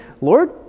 Lord